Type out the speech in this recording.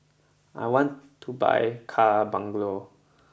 I want to buy car bungalow